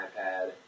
iPad